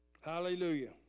Hallelujah